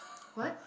what